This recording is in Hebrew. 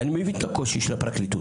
ואני מבין את הקושי של הפרקליטות.